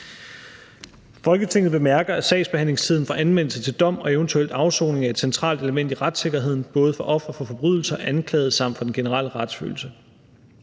Folketinget bemærker, at sagsbehandlingstiden fra anmeldelse til dom og eventuelt afsoning er et centralt element i retssikkerheden, både for ofre for forbrydelser, anklagede samt for den generelle retsfølelse.